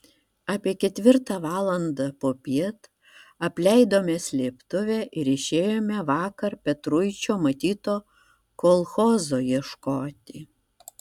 apie ketvirtą valandą popiet apleidome slėptuvę ir išėjome vakar petruičio matyto kolchozo ieškoti